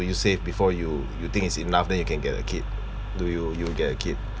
will you save before you you think it's enough then you can get a kid do you you get a kid